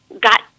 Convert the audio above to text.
got